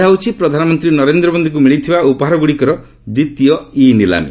ଏହା ହେଉଛି ପ୍ରଧାନମନ୍ତ୍ରୀ ନରେନ୍ଦ୍ର ମୋଦିଙ୍କୁ ମିଳିଥିବା ଉପହାରଗୁଡ଼ିକର ଦ୍ୱିତୀୟ ଇ ନିଲାମୀ